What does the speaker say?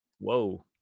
whoa